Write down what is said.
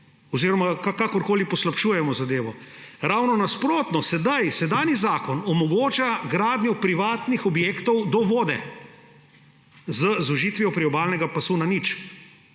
oziroma kakorkoli poslabšujemo zadevo. Ravno nasprotno! Sedanji zakon omogoča gradnjo privatnih objektov do vode z ožitvijo priobalnega pasu na nič.